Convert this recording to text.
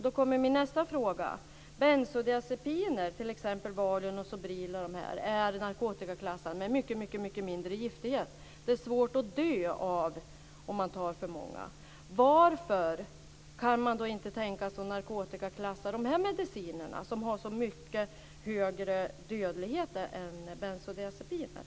Då kommer min nästa fråga. Bensodiazepiner, t.ex. valium, sobril och sådant, är narkotikaklassade med mycket mindre giftighet. Det är svårt att dö av att man tar för många. Varför kan man då inte tänka sig att narkotikaklassa de här medicinerna, som har så mycket högre dödlighet än bensodiazepiner?